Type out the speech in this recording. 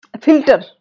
filter